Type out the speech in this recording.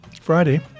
Friday